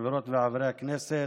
חברות וחברי הכנסת,